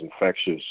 infectious